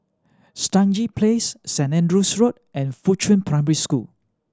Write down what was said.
Stangee Place St Andrew's Road and Fuchun Primary School